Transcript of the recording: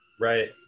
right